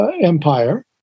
Empire